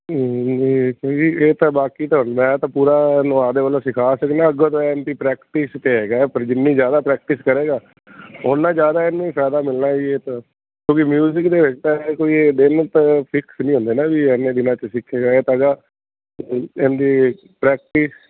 ਇਹ ਤਾਂ ਬਾਕੀ ਤੁਹਾਨੂੰ ਮੈਂ ਤਾਂ ਪੂਰਾ ਇਹਨੂੰ ਆਪਦੇ ਵੱਲੋਂ ਸਿਖਾ ਸਕਨਾ ਅੱਗੋਂ ਤਾਂ ਇਹਦੀ ਪ੍ਰੈਕਟਿਸ 'ਤੇ ਹੈਗਾ ਪਰ ਜਿੰਨੀ ਜ਼ਿਆਦਾ ਪ੍ਰੈਕਟਿਸ ਕਰੇਗਾ ਉਨਾ ਜ਼ਿਆਦਾ ਇਹਨੇ ਫਾਇਦਾ ਮਿਲਣਾ ਜੀ ਇਹ ਤਾਂ ਮਿਊਜਿਕ ਦੇ ਵਿੱਚ ਤਾਂ ਕੋਈ ਦਿਨ ਫਿਕਸ ਨਹੀਂ ਹੁੰਦੇ ਨਾ ਵੀ ਇੰਨੇ ਦਿਨਾਂ 'ਚ ਸਿੱਖਣਾ ਪਹਿਲਾਂ ਇਹਦੀ ਪ੍ਰੈਕਟਿਸ